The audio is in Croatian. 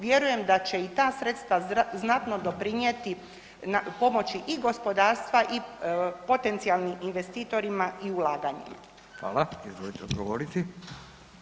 Vjerujem da će i ta sredstva znatno doprinijeti pomoći i gospodarstva i potencijalnim investitorima i ulaganjima.